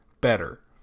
better